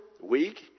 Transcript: weak